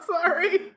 sorry